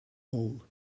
hole